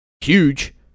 huge